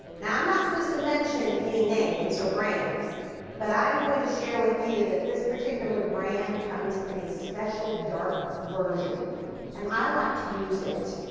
now, i'm not supposed to mention any names or brands but i'm going to share with you that this particular brand comes in a special dark version and i like to use it.